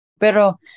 pero